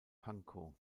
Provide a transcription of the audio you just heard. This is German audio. pankow